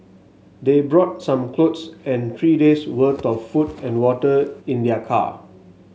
they brought some clothes and three days worth of food and water in their car